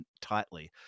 tightly